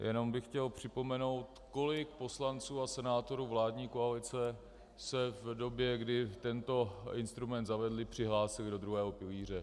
Jenom bych chtěl připomenout, kolik poslanců a senátorů vládní koalice se v době, kdy tento instrument zavedli, přihlásilo do druhého pilíře.